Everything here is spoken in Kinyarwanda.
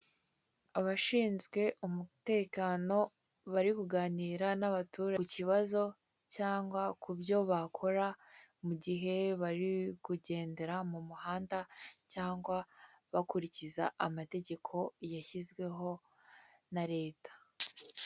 Abashinzwe umutekano bari kuganira nabaturage kukibazo cyangwa kubyo bakora mugihe bari kugendera mumuhanda cyangwa bakurikiza amategeko yashyizweho na leta.